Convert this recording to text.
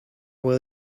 will